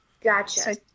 Gotcha